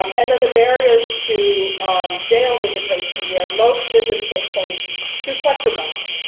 um and then the barriers to jail visitation, where most visits take place through plexiglass.